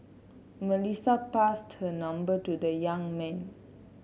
Melissa passed her number to the young man